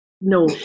No